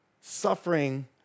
Suffering